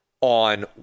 on